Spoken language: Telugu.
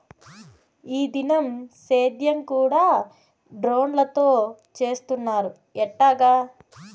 ఈ దినం సేద్యం కూడ డ్రోన్లతో చేస్తున్నారు ఎట్టాగా